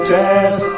death